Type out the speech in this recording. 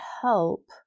help